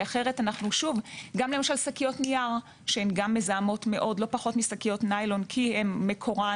גם שקיות נייר שמזהמות מאוד לא פחות משקית ניילון כי מקורן